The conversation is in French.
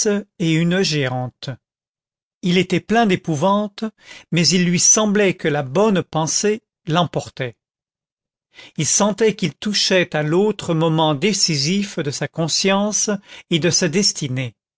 et une géante il était plein d'épouvante mais il lui semblait que la bonne pensée l'emportait il sentait qu'il touchait à l'autre moment décisif de sa conscience et de sa destinée